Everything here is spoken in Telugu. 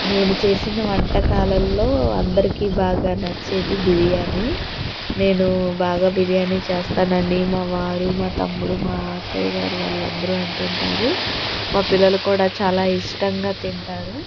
నేను చేసిన వంటకాలల్లో అందరికీ బాగా నచ్చేది బిర్యాని నేను బాగా బిర్యాని చేస్తానండి మా వారు మా తమ్ముడు మా అత్తయ్య గారు వాళ్ళందరూ అంటుంటారు మా పిల్లలు కూడా చాలా ఇష్టంగా తింటారు